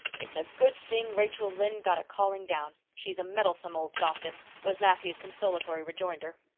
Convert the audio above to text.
it's a good thing rachel lynde got a calling down she's a meddlesome old gossip, was matthew's consolatory rejoinder.